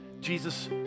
Jesus